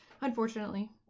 Unfortunately